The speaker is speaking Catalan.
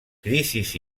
crisis